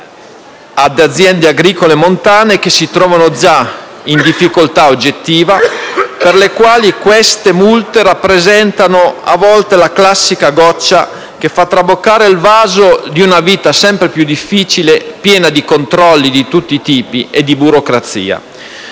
ad aziende agricole e montane che si trovano già in difficoltà oggettiva, per le quali queste multe rappresentano a volte la classica goccia che fa traboccare il vaso di una vita sempre più difficile, piena di controlli di tutti i tipi e di burocrazia.